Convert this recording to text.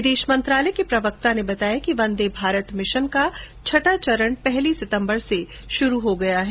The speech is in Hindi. विदेश मंत्रालय के प्रवक्ता अनुराग श्रीवास्तव ने बताया कि वंदे भारत मिशन का छठां चरण पहली सितम्बर से शुरू हो गया है